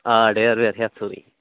آ ڈٮ۪رٕ وٮ۪رٕ ہٮ۪تھ سورُے